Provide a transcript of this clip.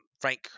Frank